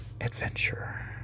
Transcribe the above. adventure